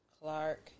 Clark